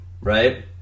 right